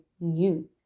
new